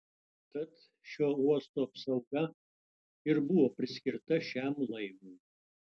tad šio uosto apsauga ir buvo priskirta šiam laivui